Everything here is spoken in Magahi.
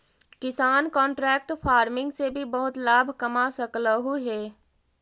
किसान कॉन्ट्रैक्ट फार्मिंग से भी बहुत लाभ कमा सकलहुं हे